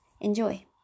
Enjoy